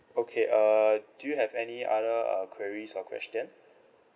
okay uh do you have any other uh queries or question